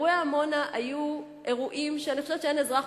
אירועי עמונה היו אירועים שאני חושבת שאין אזרח